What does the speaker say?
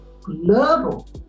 global